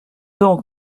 donc